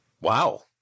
wow